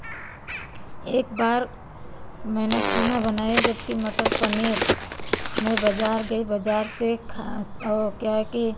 एक बार मैंने खाना बनाया जबकि मटर पनीर मैं बाज़ार गई बाज़ार से खास और क्या है कि